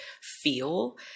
feel